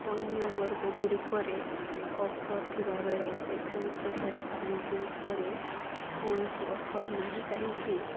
ଅନ୍ୟ ବର୍ଗଗୁଡ଼ିକ ରେ ଅଫର୍ ଥିବାବେଳେ କେଶ ଉପଚାର ସାମଗ୍ରୀ ଉପରେ କୌଣସି ଅଫର୍ ନାହିଁ କାହିଁକି